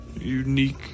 unique